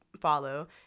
follow